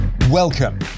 Welcome